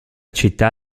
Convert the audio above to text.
città